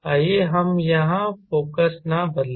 आइए हम यहां फोकस न बदलें